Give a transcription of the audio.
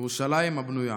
ירושלים הבנויה